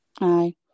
Aye